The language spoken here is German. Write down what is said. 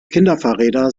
kinderfahrräder